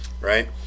right